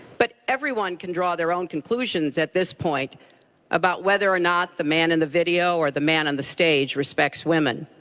but everyone can draw their own conclusions at this point about whether or not the man in the video or the man on the stage respects women.